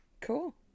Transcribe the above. cool